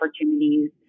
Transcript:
opportunities